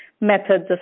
methods